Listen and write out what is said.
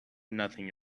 nothing